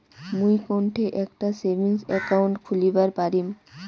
মুই কোনঠে একটা সেভিংস অ্যাকাউন্ট খুলিবার পারিম?